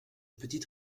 petite